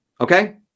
okay